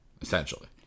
Essentially